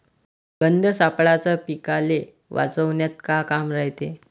गंध सापळ्याचं पीकाले वाचवन्यात का काम रायते?